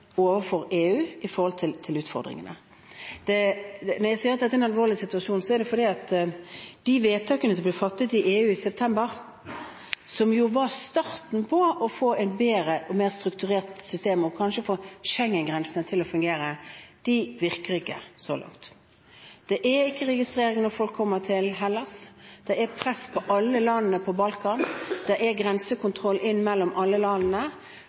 overfor EU når det gjelder utfordringene. Når jeg sier at dette er en alvorlig situasjon, er det fordi de vedtakene som ble fattet i EU i september, som var starten på å få et bedre og mer strukturert system og kanskje få Schengen-grensene til å fungere, virker ikke – så langt. Det er ikke registrering av folk som kommer til Hellas, det er press på alle landene på Balkan, det er grensekontroll mellom alle landene,